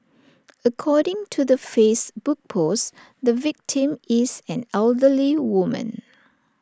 according to the Facebook post the victim is an elderly woman